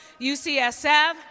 UCSF